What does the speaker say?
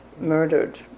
murdered